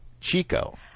Chico